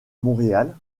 montréal